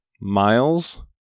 Miles